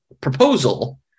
proposal